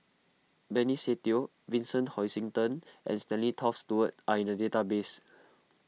Benny Se Teo Vincent Hoisington and Stanley Toft Stewart are in the database